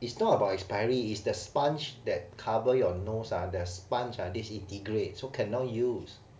it's not about expiry is the sponge that cover your nose ah the sponge ah disintegrates so cannot use